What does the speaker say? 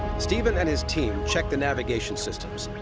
stephen and his team check the navigation systems.